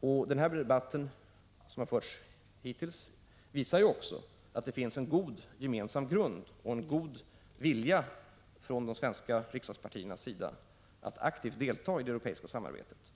Den debatt som har förts hittills visar ju att det finns en god gemensam grund och en god vilja från de svenska riksdagspartiernas sida att aktivt delta i det europeiska samarbetet.